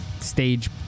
stage